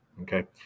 okay